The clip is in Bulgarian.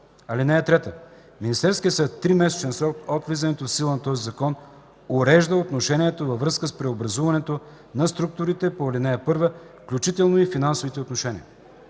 (3) Министерският съвет в тримесечен срок от влизането в сила на този закон урежда отношенията във връзка с преобразуването на структурите по ал. 1, включително и финансовите отношения.